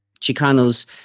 Chicanos